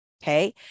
okay